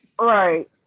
Right